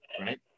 Right